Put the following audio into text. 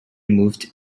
moved